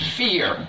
fear